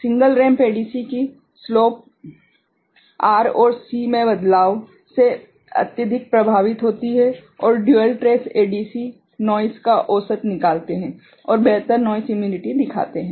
single ramp ADC की slope R और C में बदलाव से अत्यधिक प्रभावित होती है और डुयल ट्रेस एडीसी नोइस का औसत निकालते हैं और बेहतर नोइस इम्यूनिटी दिखाते हैं